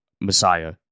Messiah